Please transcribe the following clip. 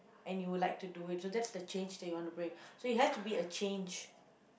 and you would like to do it so that's the change that you wanna bring so it has to be a change